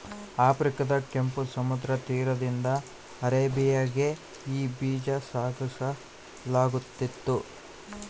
ಆಫ್ರಿಕಾದ ಕೆಂಪು ಸಮುದ್ರ ತೀರದಿಂದ ಅರೇಬಿಯಾಗೆ ಈ ಬೀಜ ಸಾಗಿಸಲಾಗುತ್ತಿತ್ತು